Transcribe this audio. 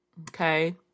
okay